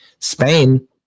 Spain